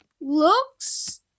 looks